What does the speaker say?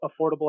affordable